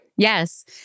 Yes